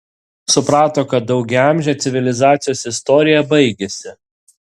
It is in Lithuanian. suprato kad daugiaamžė civilizacijos istorija baigiasi